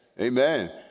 Amen